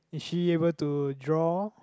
is she able to draw